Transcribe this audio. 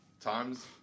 Times